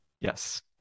Yes